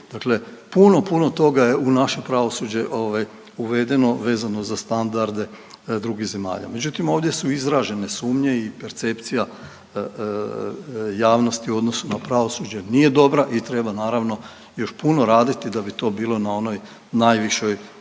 dakle puno, puno toga je u naše pravosuđe uvedeno vezano za standarde drugih zemalja. Međutim, ovdje su izražene sumnje i percepcija javnosti u odnosu na pravosuđe nije dobra i treba naravno, još puno raditi da bi to bilo na onoj najvišoj,